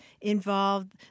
involved